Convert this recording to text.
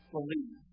Believe